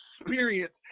experience